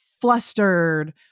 flustered